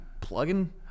plugging